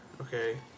okay